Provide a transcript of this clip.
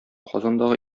казандагы